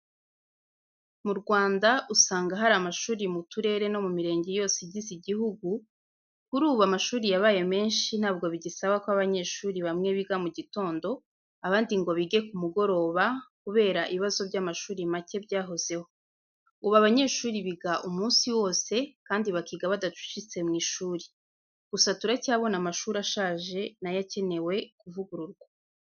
Mu Rwanda usanga hari amashuri mu turere no mu mirenge yose igize igihugu, kuri ubu amashuri yabaye menshi ntabwo bigisaba ko abanyeshuri bamwe biga mu gitondo abandi ngo bige ku mugoroba kubera ibibazo by'amashuri macye byahozeho. Ubu abanyeshuri biga umunsi wose kandi bakiga badacucitse mu ishuri. Gusa turacyabona amashuri ashaje na yo akenewe kuvugururwa.